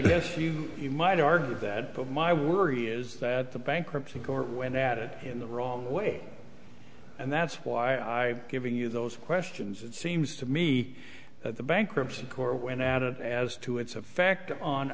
because you might argue that but my worry is that the bankruptcy court went at it in the wrong way and that's why i giving you those questions it seems to me the bankruptcy court when added as to its effect on